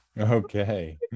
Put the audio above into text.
Okay